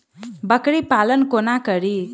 बकरी पालन कोना करि?